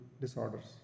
disorders